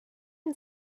and